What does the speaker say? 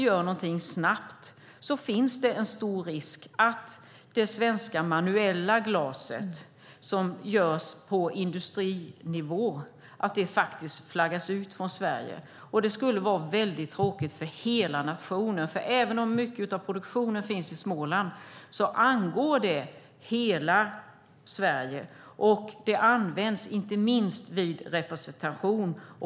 Gör man inget snabbt är det nämligen stor risk att det svenska manuella glaset som görs på industrinivå flaggas ut från Sverige. Det skulle vara tråkigt för hela nationen. Även om mycket av produktionen finns i Småland angår det hela Sverige. Glaset används inte minst vid representation.